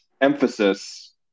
emphasis